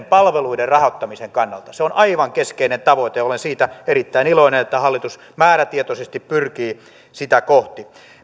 palveluiden rahoittamisen kannalta se on aivan keskeinen tavoite olen siitä erittäin iloinen että hallitus määrätietoisesti pyrkii sitä kohti